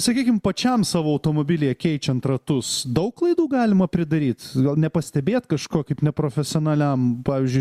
sakykim pačiam savo automobilyje keičiant ratus daug klaidų galima pridaryt nepastebėt kažko kaip neprofesionaliam pavyzdžiui